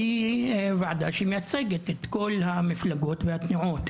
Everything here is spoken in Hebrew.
היא וועדה שמייצגת את כל המפלגות והתנועות,